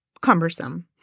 cumbersome